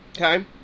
Okay